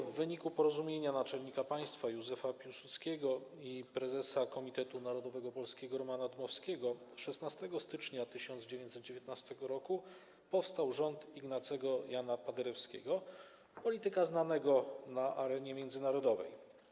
W wyniku porozumienia naczelnika państwa Józefa Piłsudskiego i prezesa Komitetu Narodowego Polskiego Romana Dmowskiego 16 stycznia 1919 r. powstał rząd Ignacego Jana Paderewskiego, polityka znanego na arenie międzynarodowej.